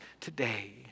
today